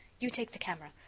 you take the camera.